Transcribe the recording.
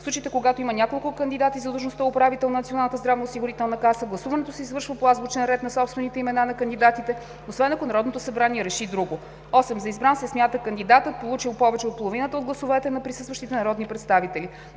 В случаите когато има няколко кандидати за длъжността управител на Националната здравноосигурителна каса, гласуването се извършва по азбучен ред на собствените имена на кандидатите, освен ако Народното събрание реши друго. 8. За избран се смята кандидатът, получил повече от половината от гласовете на присъстващите народни представители.